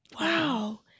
wow